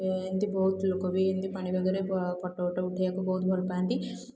ଏମିତି ବହୁତ ଲୋକ ବି ଏମିତି ପାଣି ପାଗରେ ଫଟୋ ଫଟୋ ଉଠାଇବାକୁ ବହୁତ ଭଲ ପାଆନ୍ତି